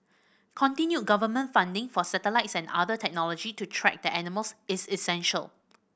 continued government funding for satellites and other technology to track the animals is essential